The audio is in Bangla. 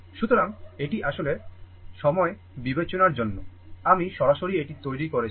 সুতরাং এটি আসলে সময় বাঁচানোর জন্য আমি সরাসরি এটি তৈরি করেছি